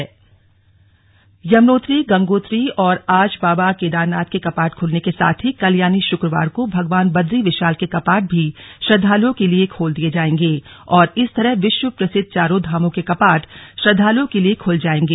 slug Badrinath कपाट यमुनोत्री गंगोत्री और आज बाबा केदारनाथ के कपाट खुलने के साथ ही कल यानि शुक्रवार को भगवान बदरी विशाल के कपाट भी श्रद्धालुओं के लिए खोल दिए जाएंगे और इस तरह विश्व प्रसिद्ध चारों धामों के कपाट श्रद्वालुओं के लिए खुल जाएंगे